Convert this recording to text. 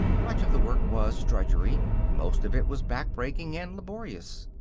much of the work was drudgery most of it was backbreaking and laborious.